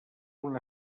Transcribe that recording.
una